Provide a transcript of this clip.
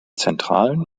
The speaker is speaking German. zentralen